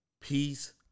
Peace